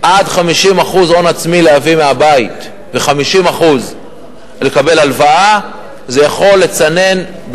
החלטת ממשלה מחודש יולי 2010 שמחייבת את הוועדות המחוזיות ואותנו לתכנן